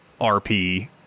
RP